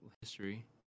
history